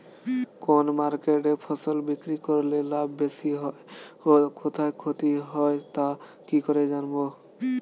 কোন মার্কেটে ফসল বিক্রি করলে লাভ বেশি হয় ও কোথায় ক্ষতি হয় তা কি করে জানবো?